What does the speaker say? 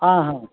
आं हा